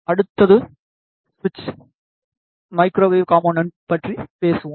அடுத்தது சுவிட்ச் microwave component பற்றி பேசுவோம்